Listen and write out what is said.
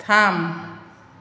थाम